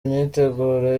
imyiteguro